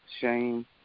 shame